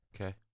Okay